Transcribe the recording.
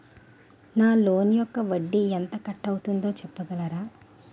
నా లోన్ యెక్క వడ్డీ ఎంత కట్ అయిందో చెప్పగలరా?